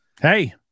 Hey